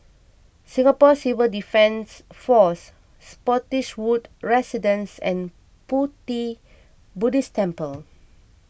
Singapore Civil Defence force Spottiswoode Residences and Pu Ti Buddhist Temple